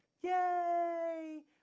Yay